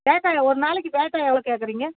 பேட்டா ஒரு நாளைக்கு பேட்டா எவ்வளோ கேட்குறிங்க